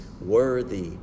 worthy